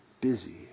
busy